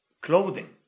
clothing